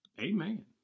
Amen